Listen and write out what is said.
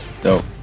Dope